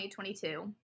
2022